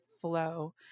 flow